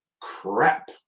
crap